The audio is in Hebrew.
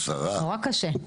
נורא קשה.